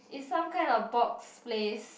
is some kind of box place